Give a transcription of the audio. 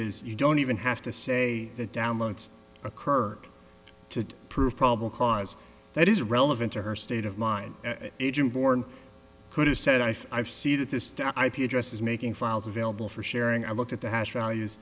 is you don't even have to say that downloads occurred to prove problem cause that is relevant to her state of mind agent born could have said i five see that this ip address is making files available for sharing i looked at the hash values